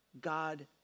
God